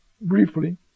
briefly